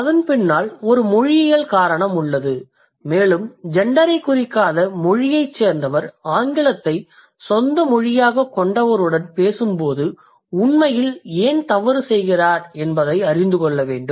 அதன் பின்னால் ஒரு மொழியியல் காரணம் உள்ளது மேலும் ஜெண்டரைக் குறிக்காத மொழியைச் சேர்ந்தவர் ஆங்கிலத்தை சொந்த மொழியாகக் கொண்டவருடன் பேசும்போது உண்மையில் ஏன் தவறு செய்கிறார் என்பதை அறிந்து கொள்ள வேண்டும்